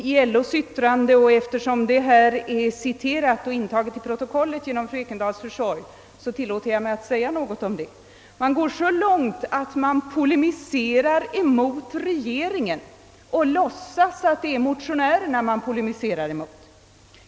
I LO:s yttrande — eftersom ett citat redan är intaget i protokollet genom fru Ekendahls försorg tillåter jag mig att säga något om det — går man t.o.m. så långt att man polemiserar mot regeringen och låtsar som om man polemiserar mot motionärerna.